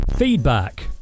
Feedback